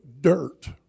dirt